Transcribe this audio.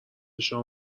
شام